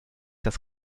das